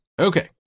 Okay